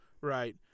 Right